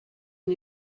une